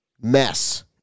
mess